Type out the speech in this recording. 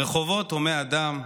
הרחובות היו הומי אדם,